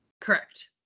Correct